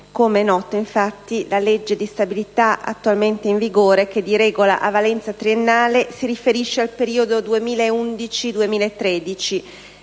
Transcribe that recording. Come è noto, infatti, la legge di stabilità attualmente in vigore, che di regola ha valenza triennale, si riferisce al periodo 2011-2013,